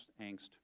angst